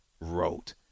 wrote